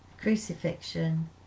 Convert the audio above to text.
crucifixion